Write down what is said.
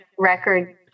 Record